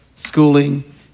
schooling